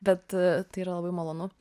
bet tai yra labai malonu